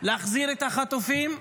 להחזיר את החטופים,